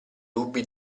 dubbi